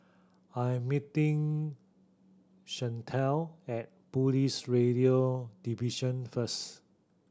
I'm meeting Shante at Police Radio Division first